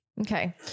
Okay